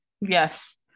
Yes